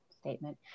statement